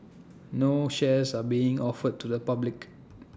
no shares are being offered to the public